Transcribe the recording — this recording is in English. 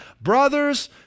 brothers